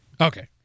Okay